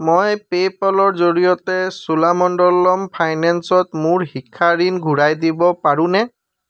মই পে'পলৰ জৰিয়তে চোলামণ্ডলম ফাইনেন্সত মোৰ শিক্ষা ঋণ ঘূৰাই দিব পাৰোনে